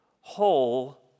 whole